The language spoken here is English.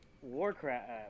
Warcraft